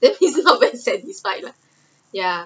then is not very satisfied lah ya